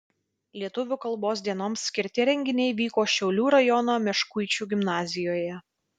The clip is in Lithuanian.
lietuvių kalbos dienoms skirti renginiai vyko šiaulių rajono meškuičių gimnazijoje